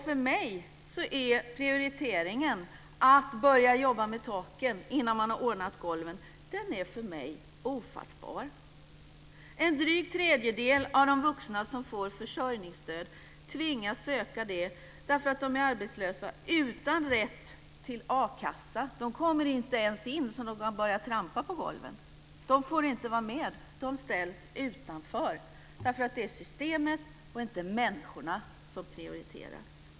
För mig är prioriteringen att börja jobba med taken innan man har ordnat golven ofattbar. En dryg tredjedel av de vuxna som får försörjningsstöd tvingas söka det därför att de är arbetslösa utan rätt till akassa. De kommer inte ens in så att de kan börja trampa på golven. De får inte vara med. De ställs utanför, därför att det är systemet och inte människorna som prioriteras.